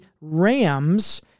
rams